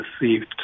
received